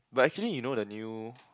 but actually you know the new